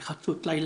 כאן בחצות לילה.